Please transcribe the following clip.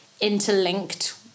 interlinked